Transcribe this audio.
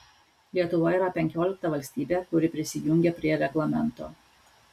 lietuva yra penkiolikta valstybė kuri prisijungia prie reglamento